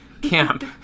Camp